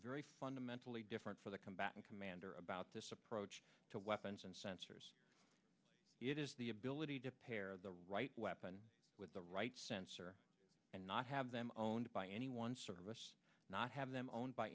very fundamentally different for the combatant commander about this approach to weapons and sensors it is the ability to pair the right weapon with the right sensor and not have them owned by any one service not have them owned by